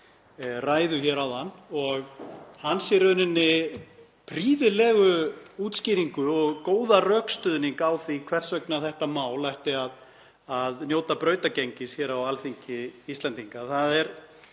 ræðu hér áðan og hans prýðilegu útskýringu og góðan rökstuðning fyrir því hvers vegna þetta mál ætti að njóta brautargengis á Alþingi Íslendinga.